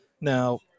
Now